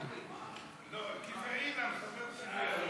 אדוני.